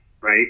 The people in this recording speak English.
right